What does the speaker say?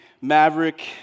Maverick